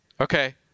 okay